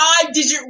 five-digit